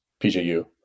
PJU